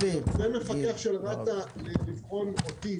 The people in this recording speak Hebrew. אבל זה מפקח של רת"א, לבחון אותי בחו"ל.